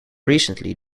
recently